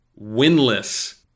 winless